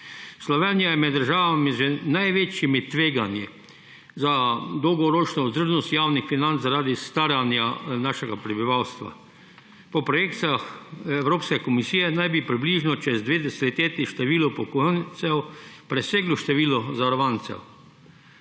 Slovenija je med državami z največjimi tveganji za dolgoročno vzdržnost javnih financ zaradi staranja našega prebivalstva. Po projekcijah Evropske komisije naj bi čez približno dve desetletji število upokojencev preseglo število zavarovancev.